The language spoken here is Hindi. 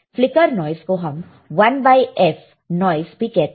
फ्लिकर नाइस को हम 1f नॉइस भी कहते हैं